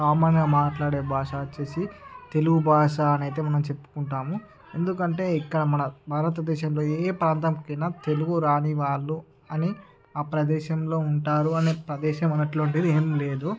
common గా మాట్లాడే భాష వచ్చేసి తెలుగు భాష అనేది మనము చెప్పుకుంటాము ఎందుకంటే ఇక్కడ మన భారత దేశంలో ఏ ప్రాంతానికి వెళ్లిన తెలుగు రానివాళ్ళు అని ఆ ప్రదేశంలో ఉంటారు అని ప్రదేశం అట్లనేది ఏమిలేదు